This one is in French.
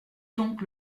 donc